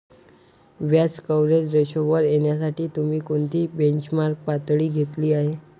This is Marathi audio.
व्याज कव्हरेज रेशोवर येण्यासाठी तुम्ही कोणती बेंचमार्क पातळी घेतली आहे?